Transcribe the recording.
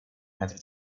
metri